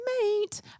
Mate